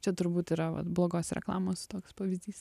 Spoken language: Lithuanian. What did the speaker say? čia turbūt yra vat blogos reklamos toks pavyzdys